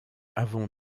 avant